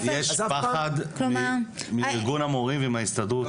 יש פחד מארגון המורים ומההסתדרות.